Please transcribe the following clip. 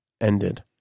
ended